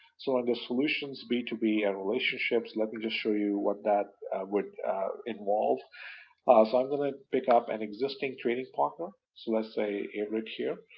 so under solutions b two b relationships, let me just show you what that would involve. so i'm going to pick up an existing trading partner, so let's say averitt here,